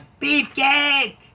beefcake